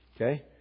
Okay